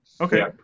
Okay